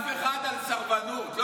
אני לא צריך תעודות מאף אחד על סרבנות.